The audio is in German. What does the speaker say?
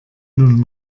nun